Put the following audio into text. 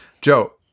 Joe